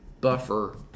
buffer